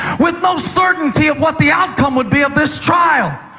with no certainty of what the outcome would be of this trial?